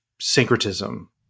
syncretism